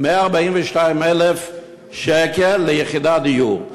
142,000 שקלים ליחידת דיור,